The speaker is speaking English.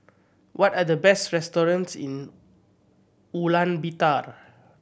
what are the best restaurants in Ulaanbaatar